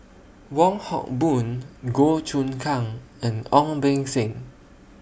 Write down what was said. Wong Hock Boon Goh Choon Kang and Ong Beng Seng